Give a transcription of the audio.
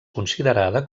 considerada